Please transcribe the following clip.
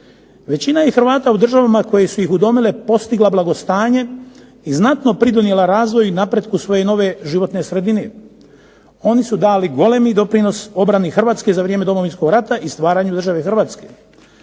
Većina je Hrvata u državama koje su ih udomile postigla blagostanje i znatno pridonijela razvoju i napretku svoje nove životne sredine. Oni su dali golemi doprinos obrani Hrvatske za vrijeme Domovinskog rata i staraju države Hrvatske.